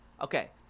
okay